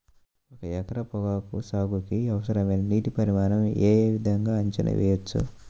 ఒక ఎకరం పొగాకు సాగుకి అవసరమైన నీటి పరిమాణం యే విధంగా అంచనా వేయవచ్చు?